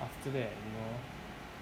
after that you know